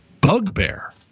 bugbear